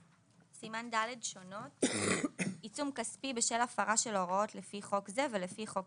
26כועיצום כספי בשל הפרה של הוראות לפי חוק זה ולפי חוק